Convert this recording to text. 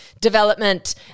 development